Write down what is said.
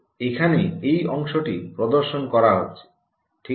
এখানে এই অংশটি প্রদর্শন করা হচ্ছে ঠিক আছে